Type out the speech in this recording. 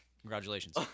Congratulations